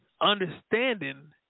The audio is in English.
understanding